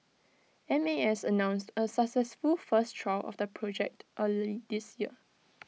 M A S announced A successful first trial of the project early this year